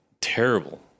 terrible